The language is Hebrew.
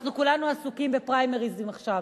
אנחנו כולנו עסוקים בפריימריס עכשיו.